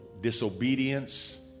disobedience